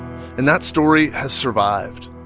and that story has survived.